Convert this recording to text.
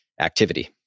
activity